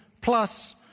plus